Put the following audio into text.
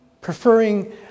preferring